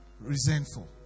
resentful